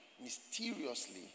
mysteriously